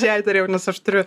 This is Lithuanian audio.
jai dariau nes aš turiu